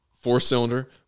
Four-cylinder